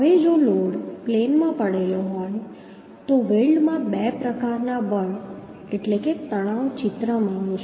હવે જો લોડ પ્લેનમાં પડેલો હોય તો વેલ્ડ માં બે પ્રકારના બળ એટલે તણાવ ચિત્રમાં આવશે